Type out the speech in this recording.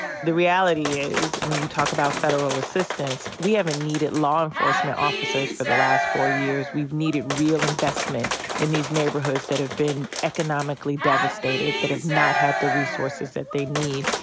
reality is when you talk about federal assistance, we haven't needed law enforcement officers for the last four years. we've needed real investment in these neighborhoods that have been economically devastated. that have not had the resources that they need.